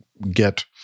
get